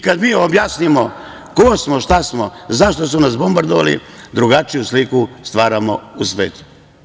Kad mi objasnimo ko smo, šta smo, zašto su nas bombardovali, drugačiju sliku stvaramo u svetu.